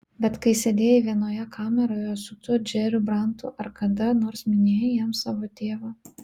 kai sėdėjai vienoje kameroje su tuo džeriu brantu ar kada nors minėjai jam savo tėvą